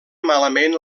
malament